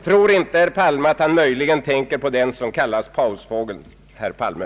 Tror inte herr Palme att han möjligen tänker på den som kallas pausfågeln, herr Palme?